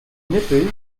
nippel